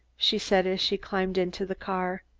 she said as she climbed into the car.